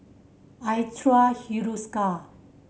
I trust Hiruscar